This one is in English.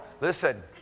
listen